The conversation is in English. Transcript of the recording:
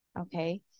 okay